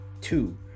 Two